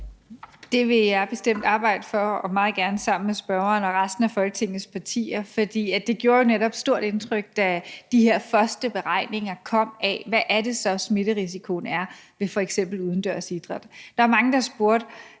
Det vil jeg bestemt arbejde for og meget gerne sammen med spørgerens parti og resten af Folketingets partier, for det gjorde netop stort indtryk, da de her første beregninger kom, for hvad er det så smitterisikoen er ved f.eks. udendørs idræt. Der er mange, der spurgte: